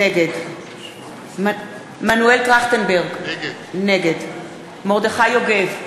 נגד מנואל טרכטנברג, נגד מרדכי יוגב,